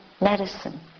medicine